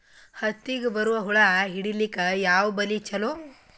ಹತ್ತಿಗ ಬರುವ ಹುಳ ಹಿಡೀಲಿಕ ಯಾವ ಬಲಿ ಚಲೋ?